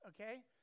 okay